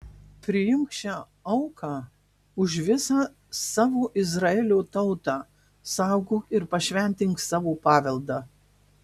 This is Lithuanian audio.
priimk šią auką už visą savo izraelio tautą saugok ir pašventink savo paveldą